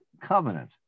covenant